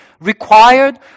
required